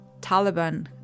Taliban